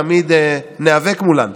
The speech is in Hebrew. תמיד ניאבק מולן.